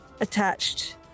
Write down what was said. attached